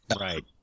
Right